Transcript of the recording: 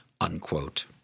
unquote